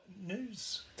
news